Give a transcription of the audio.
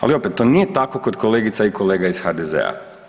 Ali opet to nije tako kod kolegica i kolega iz HDZ-a.